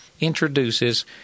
introduces